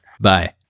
Bye